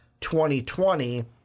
2020